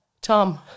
Tom